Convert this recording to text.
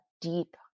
deep